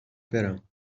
برم